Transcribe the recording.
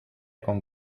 con